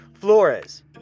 Flores